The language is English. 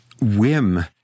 whim